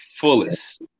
fullest